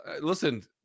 listen